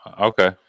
Okay